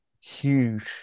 huge